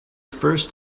first